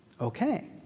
okay